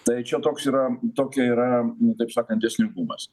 tai čia toks yra tokį yra nu taip sakant dėsningumas